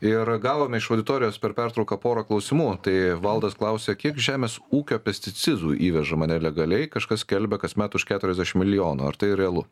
ir gavome iš auditorijos per pertrauką porą klausimų tai valdas klausia kiek žemės ūkio pesticidų įvežama nelegaliai kažkas skelbia kasmet už keturiasdešimt milijonų ar tai realu